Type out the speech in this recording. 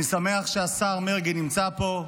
אני שמח שהשר מרגי נמצא פה,